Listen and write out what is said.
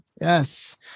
Yes